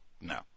no